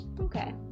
Okay